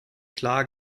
klar